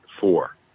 four